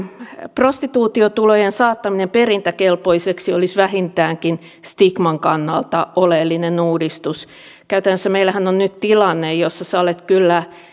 prostituutiotulojen saattaminen perintäkelpoiseksi olisi vähintäänkin stigman kannalta oleellinen uudistus käytännössähän meillä on nyt tilanne jossa sinä olet kyllä